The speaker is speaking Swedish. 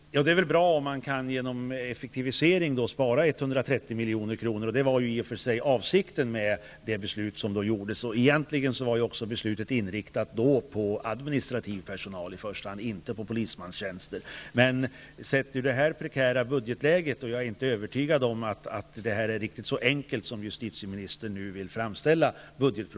Herr talman! Det är bra om man genom effektivisering kan spara 130 milj.kr. Det var ju i och för sig avsikten med det beslut som fattades. Egentligen var beslutet då i första hand inriktat på administrativ personal, inte på polismanstjänster. Jag är inte övertygad om att budgetproblemet är riktigt så enkelt, sett ur det nuvarande prekära budgetläget, som justitieministern nu vill framställa det.